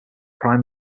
prime